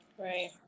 Right